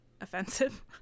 Offensive